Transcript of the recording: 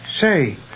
Say